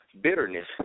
bitterness